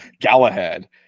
Galahad